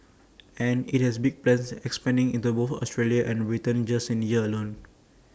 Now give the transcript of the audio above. and IT has big plans expanding into both Australia and Britain just this year alone